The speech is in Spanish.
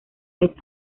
vez